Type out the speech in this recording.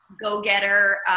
go-getter